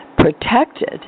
Protected